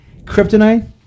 kryptonite